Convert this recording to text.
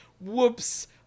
Whoops